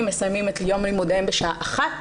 מסיימים את יום לימודיהם בשעה 13:00,